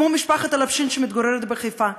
כמו משפחת לפשין שמתגוררת בחיפה.